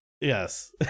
Yes